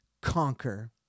conquer